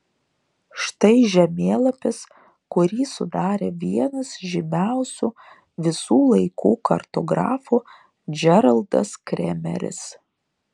štai žemėlapis kurį sudarė vienas žymiausių visų laikų kartografų džeraldas kremeris